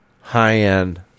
high-end